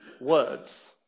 words